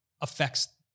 affects